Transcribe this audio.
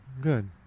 good